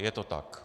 Je to tak.